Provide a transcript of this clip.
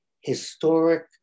historic